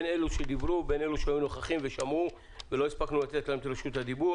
אלה שדיברו ואלה שנוכחו ולא הספקנו לתת להם את רשות הדיבור.